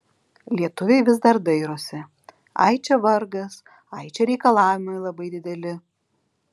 lietuviai vis dar dairosi ai čia vargas ai čia reikalavimai labai dideli